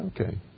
Okay